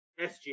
SGA